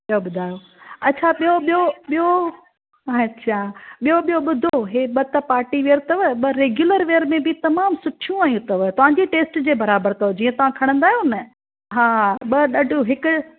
ॿियो ॿुधायो अच्छा ॿियो ॿियो ॿियो अच्छा ॿियो ॿियो ॿुधो हे ॿ त पार्टी वेअर अथव ॿ रेग्युलर वियर में बि तमामु सुठियूं आहियूं अथव तव्हांजे टेस्ट जे बराबरि अथव जीअं तव्हां खणंदा आहियो न हां ॿ ॾाढो हिकु